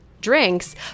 drinks